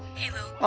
hello.